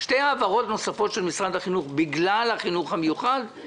שתי העברות נוספות של משרד החינוך לא הבאתי לדיון בגלל החינוך המיוחד.